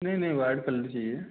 नहीं नहीं white colour चाहिए